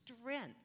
strength